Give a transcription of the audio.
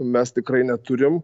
mes tikrai neturim